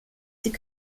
die